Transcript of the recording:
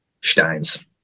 Steins